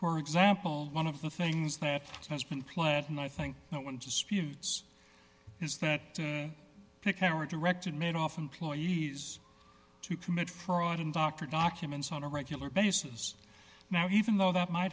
for example one of the things that has been played out and i think no one disputes is that picower directed made off employees to commit fraud and dr documents on a regular basis now even though that might